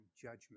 judgment